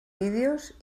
vídeos